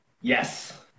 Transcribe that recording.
yes